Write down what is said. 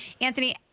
Anthony